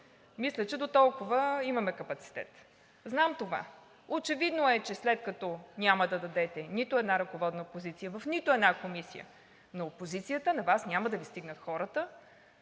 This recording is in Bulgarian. Мисля, че дотолкова имаме капацитет. Знам това. Очевидно е, че след като няма да дадете нито една ръководна позиция в нито една комисия на опозицията, на Вас няма да Ви стигнат хората,